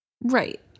Right